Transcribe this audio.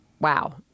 wow